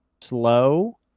slow